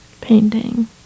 Painting